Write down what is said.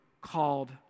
called